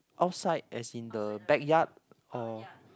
outside as in the backyard or